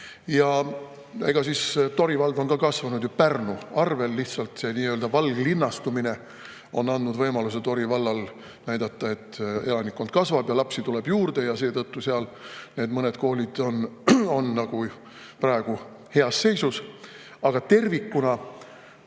vähemaks. Tori vald on ka kasvanud ju Pärnu arvel, lihtsalt see nii-öelda valglinnastumine on andnud Tori vallale võimaluse näidata, et elanikkond kasvab ja lapsi tuleb juurde. Seetõttu seal need mõned koolid on praegu heas seisus. Aga tervikuna